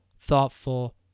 thoughtful